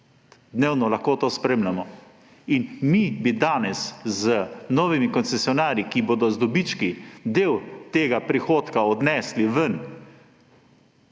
Dnevno lahko to spremljamo. In mi bi danes z novimi koncesionarji, ki bodo z dobički del tega prihodka odnesli ven,